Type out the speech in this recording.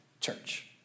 church